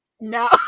No